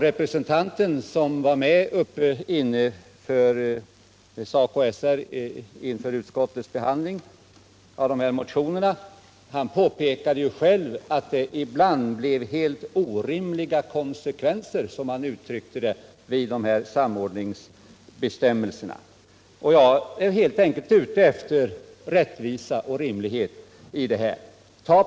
Representanten för SACO/SR som var med vid utskottsbehandlingen av de här motionerna påpekade själv att det ibland blir — som han uttryckte det — helt orimliga konsekvenser av samordningsbestämmelserna. Jag är helt enkelt ute efter rättvisa och rimlighet.